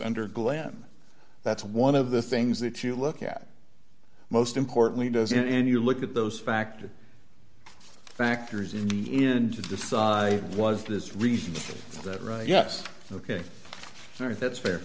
under glam that's one of the things that you look at most importantly doesn't and you look at those factors factors in even to decide was this reason that right yes ok that's fair